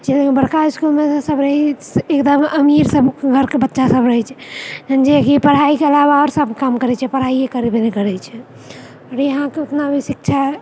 लेकिन बड़का इस्कूलमे सब रहै छै से एकदम अमीर सब घरकऽ बच्चा सब रहै छै जे कि पढ़ाइक अलावा आओर सब काम करै छै पढ़ाइए करेबे नइँ करै छै आओर इहाँके उतना भी शिक्षा